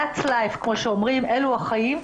אלו החיים.